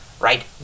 right